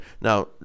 now